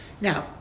Now